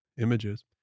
images